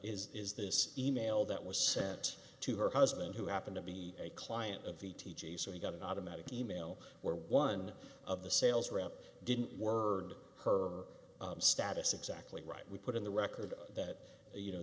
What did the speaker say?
way is this e mail that was sent to her husband who happened to be a client of the t j so he got an automatic e mail where one of the sales rep didn't word her status exactly right we put in the record that you know